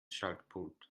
schaltpult